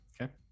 Okay